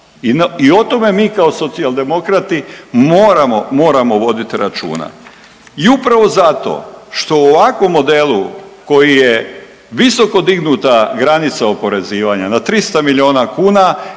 I o tome mi kao Socijaldemokrati moramo, moramo voditi računa. I upravo zato što u ovakvom modelu koji je visoko dignuta granica oporezivanja na 300 milijuna kuna